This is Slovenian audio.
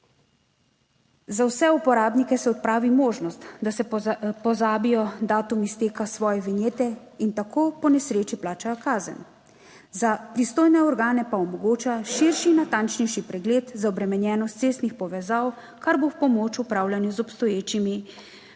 za vse uporabnike se odpravi možnost, da se pozabijo datum izteka svoje vinjete in tako po nesreči plačajo kazen. Za pristojne organe pa omogoča širši in natančnejši pregled za obremenjenost cestnih povezav, kar bo v pomoč upravljanju z obstoječimi in